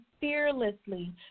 fearlessly